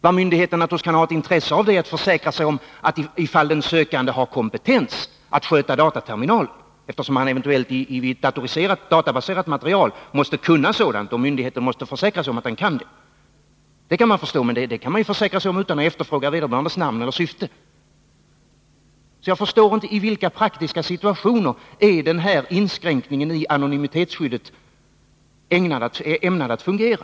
Vad myndigheten naturligtvis kan ha ett intresse av är att försäkra sig om att den sökande har kompetens att sköta dataterminalen, eftersom han när det är fråga om databaserat material måste kunna detta. Den synpunkten kan jag förstå, men detta kan myndigheten försäkra sig om utan att efterfråga vederbörandes namn och syfte. Jag förstår inte i vilka praktiska situationer den här inskränkningen i anonymitetsskyddet är ämnad att fungera.